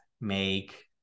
make